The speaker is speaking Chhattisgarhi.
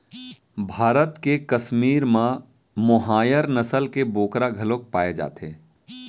भारत के कस्मीर म मोहायर नसल के बोकरा घलोक पाए जाथे